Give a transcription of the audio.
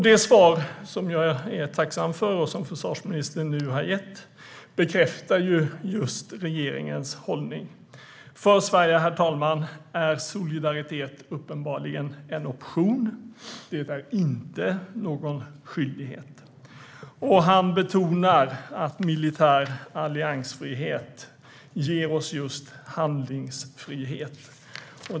Det svar försvarsministern nu har gett, och som jag är tacksam för, bekräftar regeringens hållning. För Sverige är solidaritet uppenbarligen ett val, herr talman, och inte någon skyldighet. Försvarsministern betonar också att militär alliansfrihet ger oss just handlingsfrihet.